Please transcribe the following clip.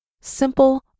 Simple